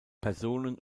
personen